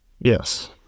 Yes